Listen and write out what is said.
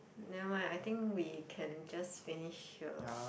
nevermind I think we can just finish here